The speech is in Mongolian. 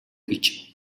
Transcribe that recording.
гэж